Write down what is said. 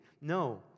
No